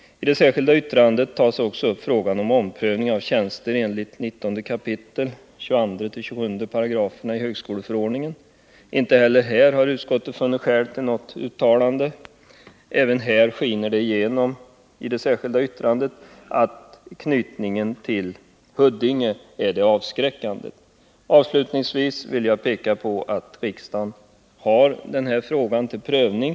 I det särskilda yttrandet under avsnitt 12 tar man också upp frågan om omprövning av tjänst enligt 19 kap. 22-27 §§ högskoleförordningen. Inte heller här har utskottet funnit skäl till något uttalande. Det skiner också på denna punkt av det särskilda yttrandet igenom att flyttningen till Huddinge är det som avskräcker. Avslutningsvis vill jag peka på att riksdagen har denna fråga uppe till prövning.